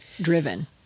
driven